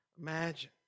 imagine